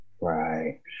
right